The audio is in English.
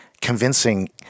convincing